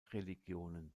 religionen